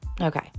Okay